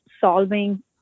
solving